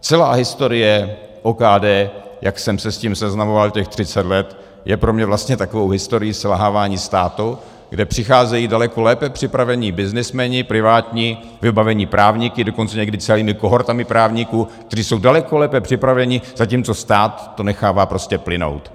Celá historie OKD, jak jsem se s tím seznamoval těch 30 let, je pro mne vlastně takovou historií selhávání státu, kde přicházejí daleko lépe připravení byznysmeni privátní, vybavení právníky, dokonce někdy celými kohortami právníků, kteří jsou daleko lépe připraveni, zatímco stát to nechává prostě plynout.